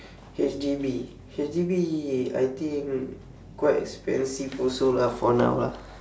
H_D_B H_D_B I think quite expensive also lah for now lah